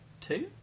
two